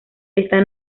está